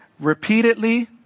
repeatedly